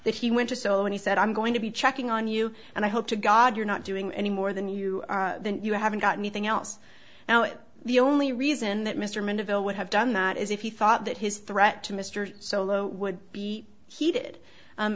that he went to so and he said i'm going to be checking on you and i hope to god you're not doing any more than you are you haven't got anything else now the only reason that mr mandeville would have done that is if he thought that his threat to mr solo would be heeded